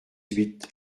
huit